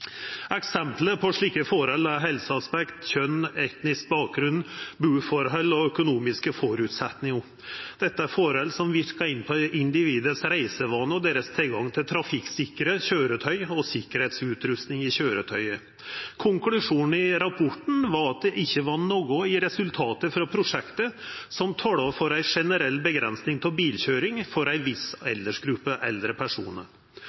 på slike forhold er helseaspekter, kjønn, etnisk bakgrunn, boforhold og økonomiske forutsetninger. Dette er forhold som virker inn på individers reisevaner og deres tilgang til trafikksikre kjøretøy og sikkerhetsutrustning i kjøretøyene. Det er ikke noe i resultatene i prosjektet som taler for en generell begrensning av bilkjøring og førerkortinnehav for en viss aldersgruppe eldre personer.»